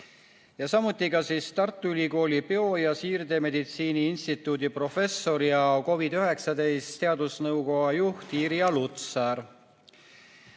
samuti Tartu Ülikooli bio- ja siirdemeditsiiniinstituudi professor ja COVID-19 teadusnõukoja juht Irja Lutsar.